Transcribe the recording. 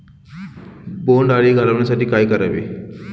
बोंडअळी घालवण्यासाठी काय करावे?